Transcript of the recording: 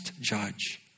judge